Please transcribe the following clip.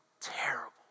terrible